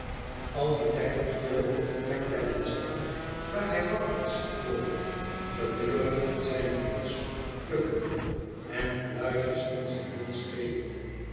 al dien tijd is jo op de plek blijven staan waar hij wakker is geworden gedurig aan zijne muts plukkende en pluisjes in zijn mond stekende